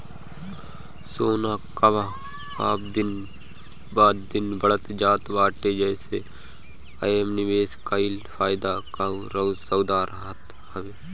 सोना कअ भाव दिन प दिन बढ़ते जात बाटे जेसे एमे निवेश कईल फायदा कअ सौदा रहत हवे